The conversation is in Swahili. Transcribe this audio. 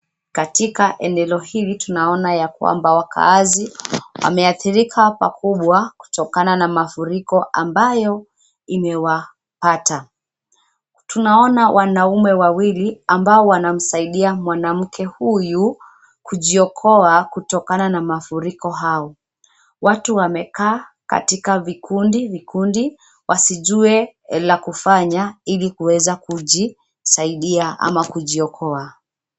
Katika eneo hili tunaona ya kwamba wakaazi wameathirika pakubwa kutokana na mafuriko ambayo imewapata Tunaona wanaume wawili ambao wanamsaidia mwanamke huyu kujiokoa kutokana na mafuriko hao. Watu wamekaa katika vikundi vikundi wasiweza kujua la kufanya ili kuweza kujisaidia ama kujiokoa.